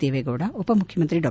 ದೇವೇಗೌಡ ಉಪಮುಖ್ಖಮಂತ್ರಿ ಡಾ